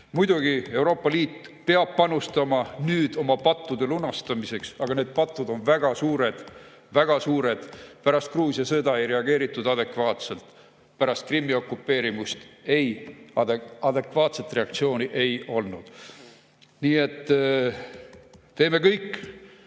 Muidugi Euroopa Liit peab panustama nüüd oma pattude lunastamiseks, aga need patud on väga suured, väga suured. Pärast Gruusia sõda ei reageeritud adekvaatselt, pärast Krimmi okupeerimist adekvaatset reaktsiooni ei olnud. Nii et teeme kõik,